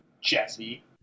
Jesse